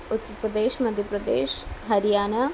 उत्तरप्रदेशः मध्यप्रदेशः हरियाना